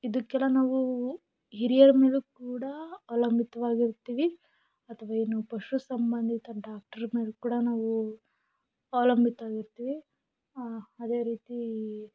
ಇದಕ್ಕೆಲ್ಲ ನಾವು ಹಿರಿಯರ ಮೇಲೂ ಕೂಡ ಅವಲಂಬಿತವಾಗಿರ್ತೀವಿ ಅಥವಾ ಏನು ಪಶು ಸಂಬಂಧಿತ ಡಾಕ್ಟ್ರ್ ಮೇಲೆ ಕೂಡ ನಾವು ಅವಲಂಬಿತವಾಗಿರ್ತೀವಿ ಅದೇ ರೀತಿ